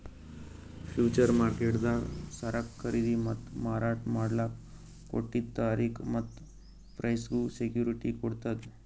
future ಮಾರ್ಕೆಟ್ದಾಗ್ ಸರಕ್ ಖರೀದಿ ಮತ್ತ್ ಮಾರಾಟ್ ಮಾಡಕ್ಕ್ ಕೊಟ್ಟಿದ್ದ್ ತಾರಿಕ್ ಮತ್ತ್ ಪ್ರೈಸ್ಗ್ ಸೆಕ್ಯುಟಿಟಿ ಕೊಡ್ತದ್